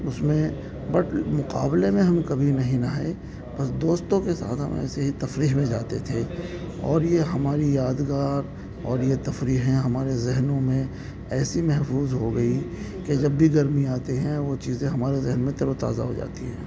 اس میں بٹ مقابلے میں ہم کبھی نہیں نہائے بس دوستوں کے ساتھ ہم ایسے ہی تفریح میں جاتے تھے اور یہ ہماری یادگار اور یہ تفریحیں ہمارے ذہنوں میں ایسی محفوظ ہو گئی کہ جب بھی گرمی آتے ہیں وہ چیزیں ہمارے ذہن میں تر و تازہ ہو جاتی ہے